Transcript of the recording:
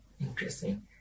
interesting